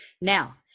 Now